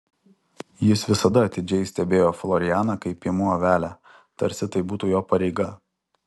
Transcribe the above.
jis visada atidžiai stebėjo florianą kaip piemuo avelę tarsi tai būtų jo pareiga